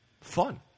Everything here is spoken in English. fun